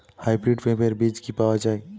Hybrid পেঁপের বীজ কি পাওয়া যায়?